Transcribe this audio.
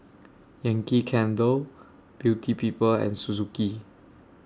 Yankee Candle Beauty People and Suzuki